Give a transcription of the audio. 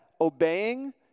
obeying